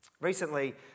Recently